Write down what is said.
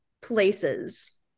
places